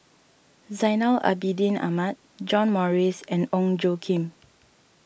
Zainal Abidin Ahmad John Morrice and Ong Tjoe Kim